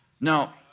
Now